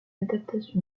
adaptation